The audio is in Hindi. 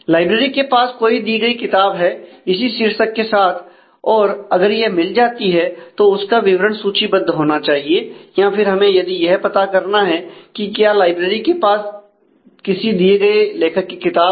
लाइब्रेरी के पास कोई दी गई किताब है इसी शीर्षक के साथ और अगर यह मिल जाती है तो उसका विवरण सूचीबद्ध होना चाहिए या फिर हमें यदि यह पता करना है है कि क्या लाइब्रेरी के पास किसी दिए गए लेखक की किताब है